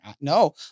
no